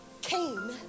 Cain